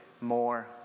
more